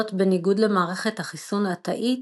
זאת בניגוד למערכת החיסון התאית,